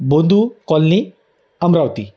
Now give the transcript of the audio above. Bodhu colony Amravati